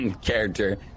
character